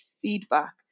feedback